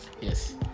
Yes